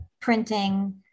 printing